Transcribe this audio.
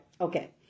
Okay